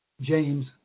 James